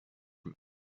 from